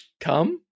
Come